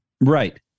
Right